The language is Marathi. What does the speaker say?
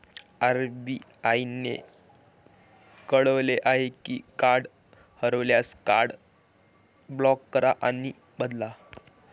आर.बी.आई ने कळवले आहे की कार्ड हरवल्यास, कार्ड ब्लॉक करा आणि बदला